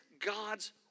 God's